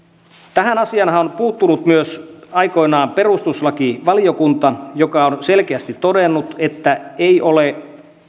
tähän asiaanhan on puuttunut aikoinaan myös perustuslakivaliokunta joka on selkeästi todennut että ei ole